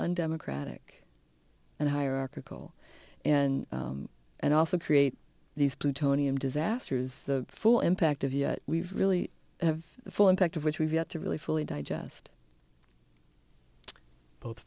undemocratic and hierarchical and and also create these plutonium disasters the full impact of yet we really have the full impact of which we've got to really fully digest both